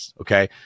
Okay